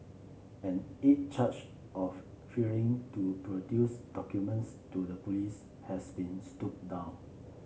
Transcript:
an eighth charge of failing to produce documents to the police has been stood down